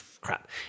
crap